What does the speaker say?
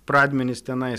pradmenys tenai